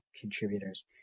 contributors